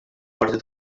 parti